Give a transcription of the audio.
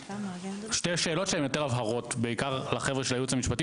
שתי שאלות שהן יותר הבהרות בעיקר לחבר'ה של הייעוץ המשפטי,